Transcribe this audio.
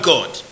God